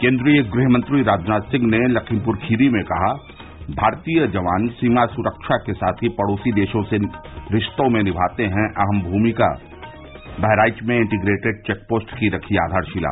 केन्द्रीय गृहमंत्री राजनाथ सिंह ने लखीमपुर खीरी में कहा भारतीय जवान सीमा सुरक्षा के साथ ही पड़ोसी देशों से रिश्तों में निभाते है अहम भूमिका बहराइच में इंटीग्रेटेड चेक पोस्ट की रखी आधारशिला